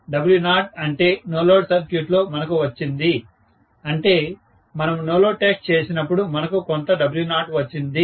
W0 అంటే no load circuit లో మనకు వచ్చింది అంటే మనము నో లోడ్ టెస్ట్ చేసినపుడు మనకు కొంత W0 వచ్చింది